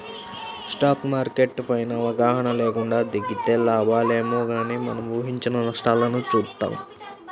stock market పైన అవగాహన లేకుండా దిగితే లాభాలేమో గానీ మనం ఊహించని నష్టాల్ని చూత్తాం